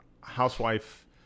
housewife